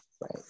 right